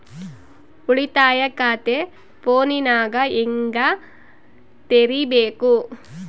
ಉಳಿತಾಯ ಖಾತೆ ಫೋನಿನಾಗ ಹೆಂಗ ತೆರಿಬೇಕು?